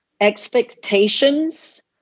expectations